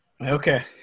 Okay